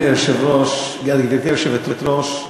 גברתי היושבת-ראש,